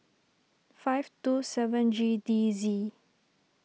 five two seven G D Z